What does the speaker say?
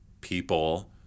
people